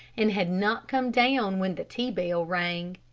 and had not come down when the tea bell rang.